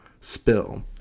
spill